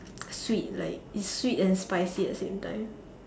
sweet like it's sweet and spicy at the same time